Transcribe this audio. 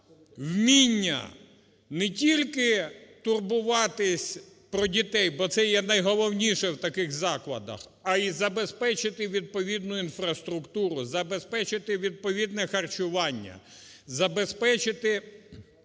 вміння не тільки турбуватися про дітей, бо це є найголовніше в таких закладах, а й забезпечити відповідну інфраструктуру, забезпечити відповідне харчування, забезпечити